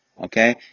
Okay